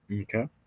Okay